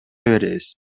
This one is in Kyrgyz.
беребиз